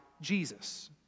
Jesus